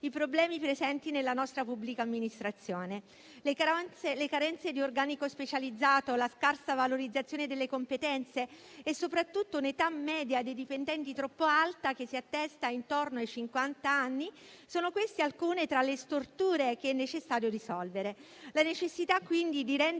i problemi presenti nella nostra pubblica amministrazione. Le carenze di organico specializzato, la scarsa valorizzazione delle competenze e soprattutto un'età media dei dipendenti troppo alta, che si attesta intorno ai cinquant'anni: sono queste alcune tra le storture che è necessario risolvere. La necessità, quindi, di rendere